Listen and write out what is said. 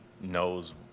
knows